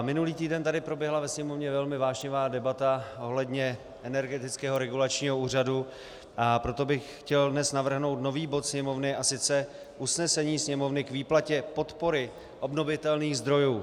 Minulý týden tady proběhla ve Sněmovně velmi vášnivá debata ohledně Energetického regulačního úřadu, a proto bych chtěl dnes navrhnout nový bod Sněmovny, a sice: Usnesení Sněmovny k výplatě podpory obnovitelných zdrojů.